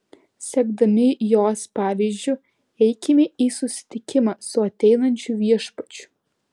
sekdami jos pavyzdžiu eikime į susitikimą su ateinančiu viešpačiu